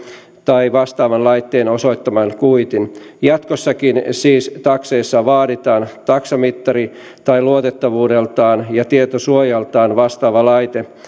tai vastaavan laitteen osoittaman kuitin jatkossakin siis takseissa vaaditaan taksamittari tai luotettavuudeltaan ja tietosuojaltaan vastaava laite